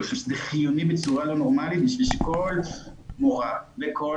זה חיוני בצורה לא נורמאלית בשביל שכל מורה וכל